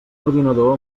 ordinador